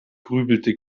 grübelte